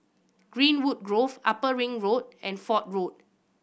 Greenwood Grove Upper Ring Road and Fort Road